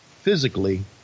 physically